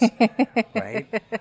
Right